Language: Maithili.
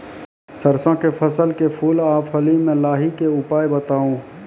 सरसों के फसल के फूल आ फली मे लाहीक के उपाय बताऊ?